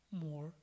more